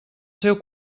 seu